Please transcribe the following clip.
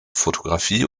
fotografie